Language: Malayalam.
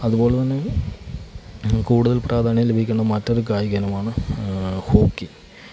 അതുപോലെ തന്നെ കൂടുതൽ പ്രാധാന്യം ലഭിക്കേണ്ട മറ്റൊരു കായിക ഇനമാണ് ഹോക്കി